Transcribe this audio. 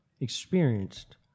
experienced